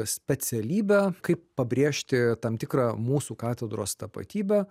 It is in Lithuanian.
specialybę kaip pabrėžti tam tikrą mūsų katedros tapatybę